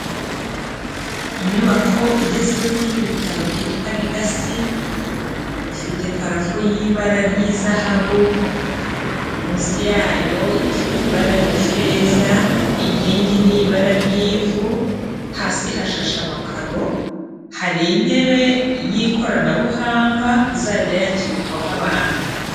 Inyubako igezweho y'ibitaro byitwa LEGACY, ifite parafo y'ibara ry'izahabu, munsi yayo ifite ibara ry'ifeza, inkingi ni ibara ry'ivu, hasi hashashe amakaro, hari intebe y'ikoranabuhanga izajya yakirirwaho abantu.